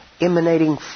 emanating